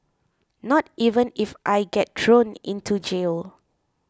not even if I get thrown into jail